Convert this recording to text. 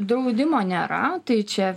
draudimo nėra tai čia